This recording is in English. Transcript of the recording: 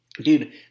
Dude